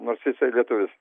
nors jisai lietuvis